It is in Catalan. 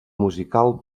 musical